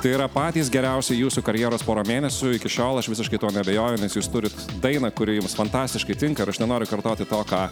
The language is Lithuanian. tai yra patys geriausi jūsų karjeros pora mėnesių iki šiol aš visiškai tuo neabejoju nes jūs turit dainą kuri jums fantastiškai tinka ir aš nenoriu kartoti to ką